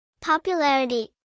Popularity